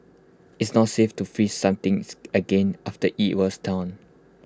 IT is not safe to freeze something again after IT was thawed